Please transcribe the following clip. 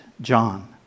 John